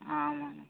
ஆமாம்ங்க